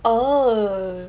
oh